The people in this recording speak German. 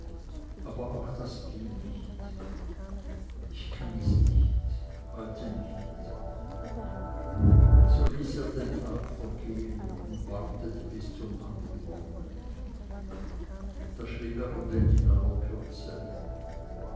aber auch das ging nicht ich kann es nicht heute nicht und so ließ er den tag vergehen und wartete bis zum andern morgen da schrieb er denn in aller kürze